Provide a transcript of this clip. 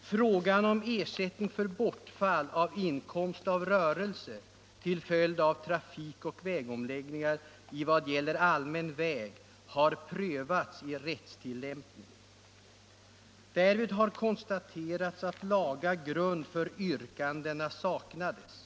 ”Frågan om ersättning för bortfall av inkomst av rörelse till följd av trafikoch vägomläggningar i vad gäller allmän väg har prövats i rättstillämpningen. Därvid har konstaterats att laga grund för yrkandena saknades.